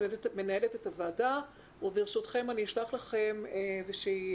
אני מנהלת את הוועדה וברשותכם אני אשלח לכם איזה שהיא